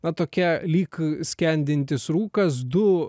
na tokia lyg skendintis rūkas du